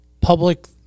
public